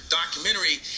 documentary